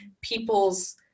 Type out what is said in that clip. people's